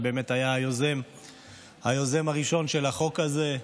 שבאמת היה היוזם הראשון של החוק הזה,